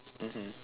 mmhmm